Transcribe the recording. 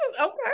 Okay